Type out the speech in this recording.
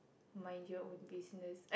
mind your own business